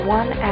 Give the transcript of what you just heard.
one